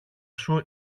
σου